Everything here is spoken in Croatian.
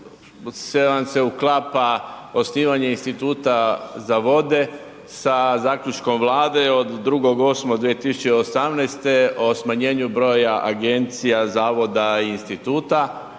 vas se uklapa osnivanje Instituta za vode sa Zaključkom Vlade od 2.8.2018. o smanjenju broja agencija, zavoda i instituta.